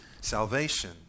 salvation